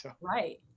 Right